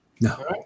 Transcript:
No